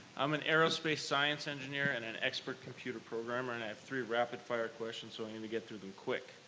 i'm an aerospace science engineer and an expert computer programmer, and i have three rapid-fire questions so i'm going to get to them quick.